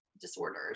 disorders